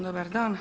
Dobar dan!